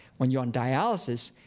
when you're on dialysis,